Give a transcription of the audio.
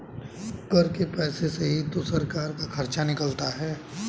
कर के पैसे से ही तो सरकार का खर्चा निकलता है